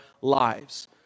lives